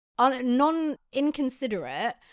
non-inconsiderate